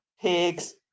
pigs